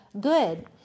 good